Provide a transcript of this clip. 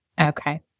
Okay